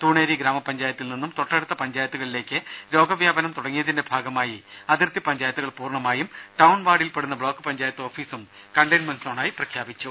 തൂണേരി ഗ്രാമപഞ്ചായത്തിൽ നിന്നും തൊട്ടടുത്ത പഞ്ചായത്തുകളിലേക്ക് രോഗവ്യാപനം തുടങ്ങിയതിന്റെ ഭാഗമായി അതിർത്തി പഞ്ചായത്തുകൾ പൂർണമായും ടൌൺ വാർഡിൽ പെടുന്ന ബ്ലോക്ക് പഞ്ചായത്ത് ഓഫിസും കണ്ടെയ്മെന്റ്സോണായി പ്രഖ്യാപിച്ചു